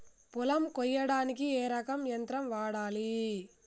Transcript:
పొలం కొయ్యడానికి ఏ రకం యంత్రం వాడాలి?